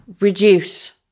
reduce